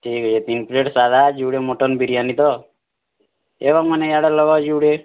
ଠିକ୍ ହେ ତିନ୍ ପ୍ଳେଟ୍ ସାଧା ଯୁଡ଼େ ମଟନ୍ ବିରିୟାନୀ ତ ଏ ବାବୁମାନେ ଇଆଡ଼େ ଲଗ ଯୁଡ଼େ